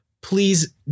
please